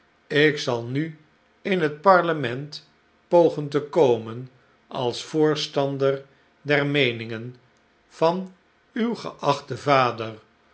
ik zal nu in het parlement pogen te komen als voorstander der meeningen van uw geachten vader